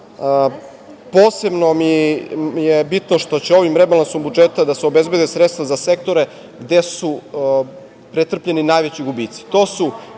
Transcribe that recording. razvoj. Posebno mi je bitno što će ovim rebalansom budžeta da se obezbede sredstva za sektore gde su pretrpljeni najveći gubici.